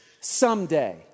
someday